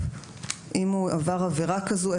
אם הוא עבר עבירה כזו,